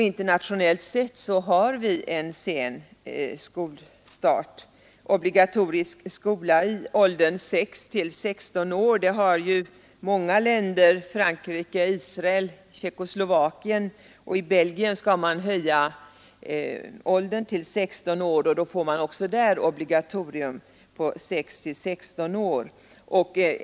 Internationellt sett har vi en sen skolstart. Obligatorisk skola från 6 till 16 års ålder har ju många länder, t.ex. Frankrike, Israel och Tjeckoslovakien. I Belgien skall man höja skolpliktsåldern till 16 år, och då får man också där en obligatorisk skola från 6 till 16 års ålder.